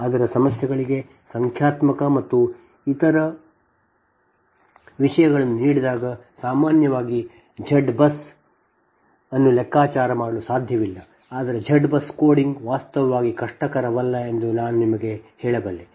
ಆದರೆ ಸಮಸ್ಯೆಗಳಿಗೆ ಸಂಖ್ಯಾತ್ಮಕ ಮತ್ತು ಇತರ ವಿಷಯಗಳನ್ನು ನೀಡಿದಾಗ ಸಾಮಾನ್ಯವಾಗಿ Z BUS ಅನ್ನು ತರಗತಿಯಲ್ಲಿ ನೀಡಲಾಗುವುದು ನಿಮ್ಮ ಕಂಪ್ಯೂಟರ್ ಇಲ್ಲದೆ Z BUS ಅನ್ನು ಲೆಕ್ಕಾಚಾರ ಮಾಡಲು ಸಾಧ್ಯವಿಲ್ಲ ಆದರೆ Z ಬಸ್ ಕೋಡಿಂಗ್ ವಾಸ್ತವವಾಗಿ ಕಷ್ಟಕರವಲ್ಲ ಎಂದು ನಾನು ನಿಮಗೆ ಹೇಳಬಲ್ಲೆ